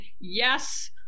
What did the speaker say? yes